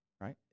right